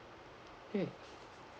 mm